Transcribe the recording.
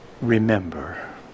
remember